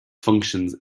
functions